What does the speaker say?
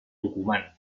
tucumán